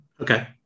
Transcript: okay